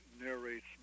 narrates